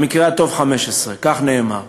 במקרה הטוב 15, כך נאמר.